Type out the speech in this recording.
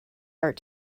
art